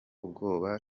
ubwoba